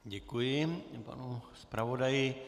Děkuji panu zpravodaji.